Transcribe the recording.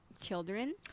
children